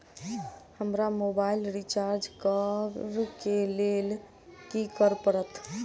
हमरा mobile recharge करऽ केँ लेल की करऽ पड़त?